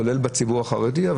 כולל בציבור החרדי,